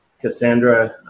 Cassandra